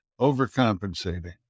Overcompensating